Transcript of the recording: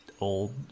old